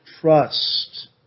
trust